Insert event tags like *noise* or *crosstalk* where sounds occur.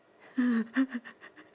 *noise*